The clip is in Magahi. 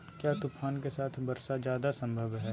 क्या तूफ़ान के साथ वर्षा जायदा संभव है?